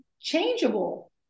changeable